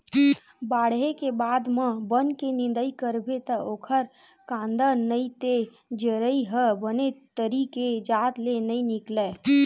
बाड़हे के बाद म बन के निंदई करबे त ओखर कांदा नइ ते जरई ह बने तरी के जात ले नइ निकलय